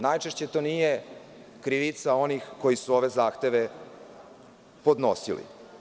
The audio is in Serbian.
Najčešće to nije krivica onih koji su ove zahteve podnosili.